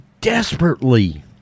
desperately